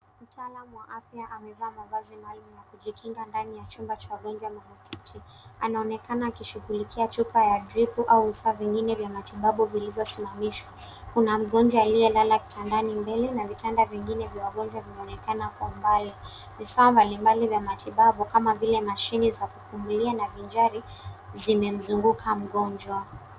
Mtaalam wa afya amevaa mavazi maalum ya kujikinga ndani ya chumba cha wagonjwa mahututi. Anaonekana akishughulikia chupa ya drip au vifaa vingine vya matibabu vilivyosimamishwa. Kuna mgonjwa aliyelala kitandani mbele na vitanda vingine vya wagonjwa vinaonekana kwa mbali. Vifaa mbali mbali vya matibabu kama vile mashini za kupumulia na binjari zimemzunguka mgonjwa.